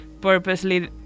purposely